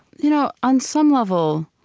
you know on some level,